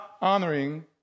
honoring